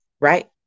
right